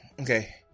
okay